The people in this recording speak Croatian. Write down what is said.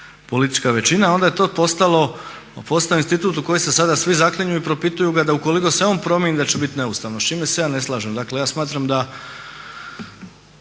politička većina. Onda je to postao institut u koji se sada svi zaklinju i propituju ga da ukoliko se on promijeni da će biti neustavno s čime se ja ne slažem. Dakle, ja smatram da